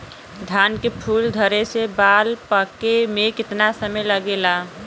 धान के फूल धरे से बाल पाके में कितना समय लागेला?